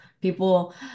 people